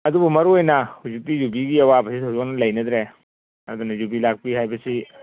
ꯑꯗꯨꯕꯨ ꯃꯔꯨ ꯑꯣꯏꯅ ꯍꯧꯖꯤꯛꯇꯤ ꯌꯨꯕꯤꯒꯤ ꯑꯋꯥꯕꯁꯤ ꯊꯣꯏꯗꯣꯛꯅ ꯂꯩꯅꯗ꯭ꯔꯦ ꯑꯗꯨꯅ ꯌꯨꯕꯤ ꯂꯥꯛꯄꯤ ꯍꯥꯏꯕꯁꯤ